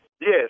Yes